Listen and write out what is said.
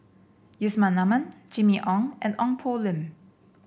Yusman Aman Jimmy Ong and Ong Poh Lim